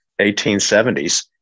1870s